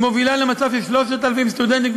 היא מובילה למצב ש-3,000 סטודנטים,